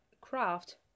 craft